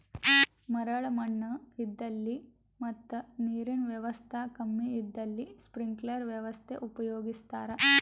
ಮರಳ್ ಮಣ್ಣ್ ಇದ್ದಲ್ಲಿ ಮತ್ ನೀರಿನ್ ವ್ಯವಸ್ತಾ ಕಮ್ಮಿ ಇದ್ದಲ್ಲಿ ಸ್ಪ್ರಿಂಕ್ಲರ್ ವ್ಯವಸ್ಥೆ ಉಪಯೋಗಿಸ್ತಾರಾ